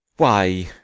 why,